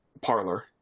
parlor